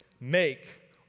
make